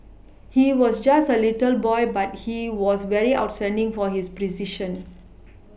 he was just a little boy but he was very outstanding for his precision